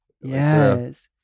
yes